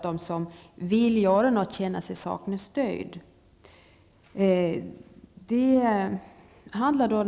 De som vill göra någonting känner det som att de saknar stöd.